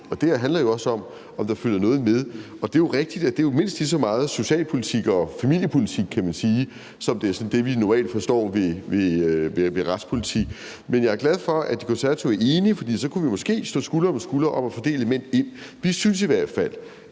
Og det her handler jo også om, om der følger noget med. Det er jo rigtigt, at det mindst lige så meget er socialpolitik og familiepolitik, kan man sige, som det er sådan det, vi normalt forstår ved retspolitik. Men jeg er glad for, at De Konservative er enige, for så kunne vi måske stå skulder ved skulder om at få det element ind. Vi synes i hvert fald